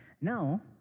Now